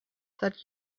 that